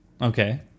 Okay